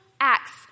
acts